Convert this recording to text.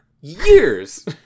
years